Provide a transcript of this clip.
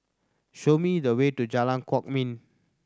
show me the way to Jalan Kwok Min